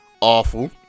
awful